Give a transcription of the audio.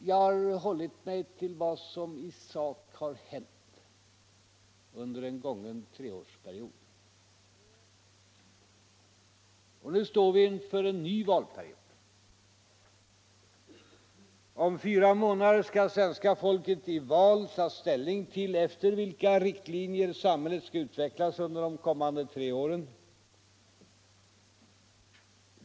Jag har hållit mig till vad som i sak har hänt under en gången treårsperiod, och nu står vi inför en ny valperiod. Om fyra månader skall svenska folket i val ta ställning till efter vilka riktlinjer samhället skall utvecklas under de kommande tre åren.